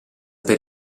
per